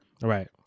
right